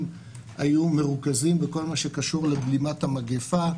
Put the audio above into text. היו מרוכזים בכל מה שקשור בבלימת המגפה,